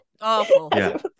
awful